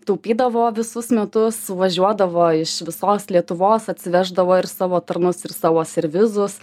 taupydavo visus metus suvažiuodavo iš visos lietuvos atsiveždavo ir savo tarnus ir savo servizus